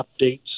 updates